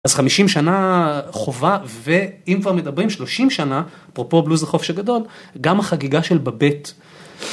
אז חמישים שנה חובה, ואם כבר מדברים שלושים שנה, אפרופו בלוז לחופש גדול, גם החגיגה של בבט